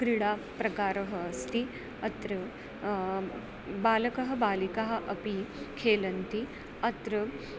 क्रीडाप्रकारः अस्ति अत्र बालकः बालिकाः अपि खेलन्ति अत्र